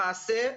למעשה,